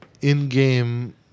in-game